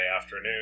afternoon